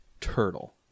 turtle